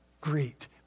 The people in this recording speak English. greet